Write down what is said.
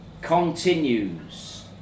continues